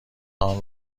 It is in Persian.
آنها